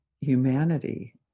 humanity